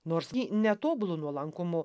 nors ji netobulu nuolankumu